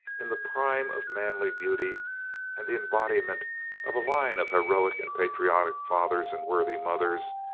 in the prime of manly beauty and the embodiment of a line of heroic and patriotic fathers and worthy mothers,